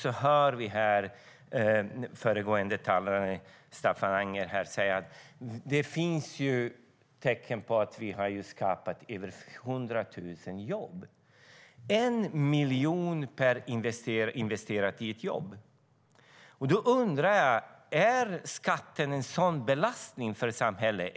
Här hör vi föregående talare, Staffan Anger, säga: Det finns tecken på att vi har skapat över 100 000 jobb. Men det är mer än 1 miljon investerat per jobb. Då undrar jag: Är skatten en sådan belastning för ett samhälle?